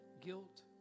guilt